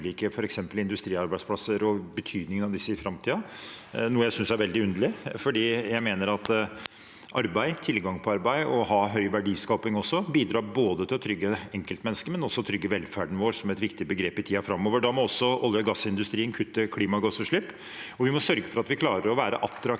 f.eks. industriarbeidsplasser og betydningen av disse i framtiden. Det synes jeg er veldig underlig, for jeg mener at tilgang på arbeid og å ha høy verdiskaping bidrar til både å trygge enkeltmennesket og også å trygge velferden vår som et viktig begrep i tiden framover. Da må også olje- og gassindustrien kutte klimagassutslipp, og vi må sørge for at vi klarer å være attraktive